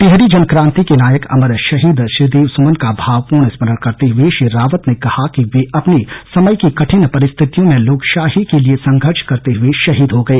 टिहरी जन क्रान्ति के नायक अमर शहीद श्रीदेव सुमन का भाव पूर्ण स्मरण करते हुए श्री रावत ने कहा कि वे अपने समय की कठिन परिस्थितियों में लोकशाही के लिए संघर्ष करते हुए शहीद हो गए